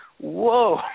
Whoa